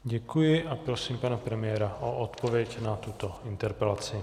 Děkuji a prosím pana premiéra o odpověď na tuto interpelaci.